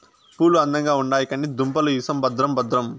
పూలు అందంగా ఉండాయి కానీ దుంపలు ఇసం భద్రం భద్రం